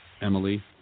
Emily